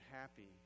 happy